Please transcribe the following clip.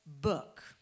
book